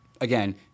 Again